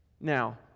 Now